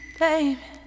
baby